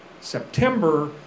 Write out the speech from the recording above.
September